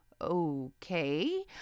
Okay